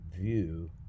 view